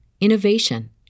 innovation